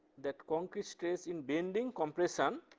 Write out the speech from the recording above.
that concrete stays in bending compression,